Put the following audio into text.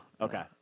Okay